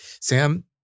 Sam